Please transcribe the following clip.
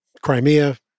Crimea